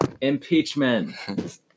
Impeachment